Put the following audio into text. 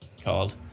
called